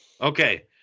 Okay